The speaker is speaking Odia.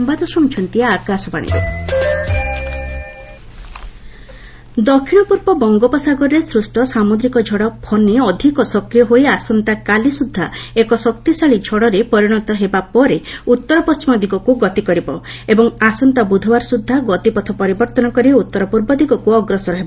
ସାଇକ୍ଲୋନ୍ ଦକ୍ଷିଣ ପୂର୍ବ ବଙ୍ଗୋପସାଗରରେ ସୃଷ୍ଟ ସାମୁଦ୍ରିକ ଝଡ଼ 'ଫନୀ' ଅଧିକ ସକ୍ରିୟ ହୋଇ ଆସନ୍ତାକାଲି ସ୍ରଦ୍ଧା ଏକ ଶକ୍ତିଶାଳୀ ଝଡ଼ରେ ପରିଣତ ହେବା ପରେ ଉତ୍ତର ପଣ୍ଢିମ ଦିଗକୁ ଗତି କରିବ ଏବଂ ଆସନ୍ତା ବୁଧବାର ସୁଦ୍ଧା ଗତିପଥ ପରିବର୍ତ୍ତନ କରି ଉତ୍ତର ପୂର୍ବ ଦିଗକୁ ଅଗ୍ରସର ହେବ